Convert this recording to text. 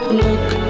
Look